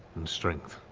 and strength.